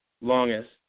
longest